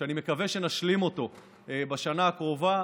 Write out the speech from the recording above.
שאני מקווה שנשלים אותו בשנה הקרובה,